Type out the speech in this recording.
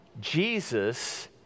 Jesus